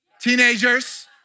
teenagers